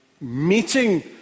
meeting